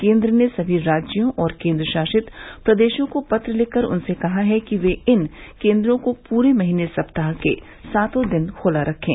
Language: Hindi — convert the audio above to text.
केंद्र ने सभी राज्यों और केंद्रशासित प्रदेशों को पत्र लिखकर उनसे कहा है कि ये इन केंद्रों को पूरे महीने सप्ताह के सातों दिन खुला रखें